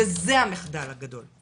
וזה המחדל הגדול.